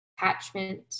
attachment